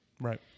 right